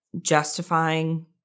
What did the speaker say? justifying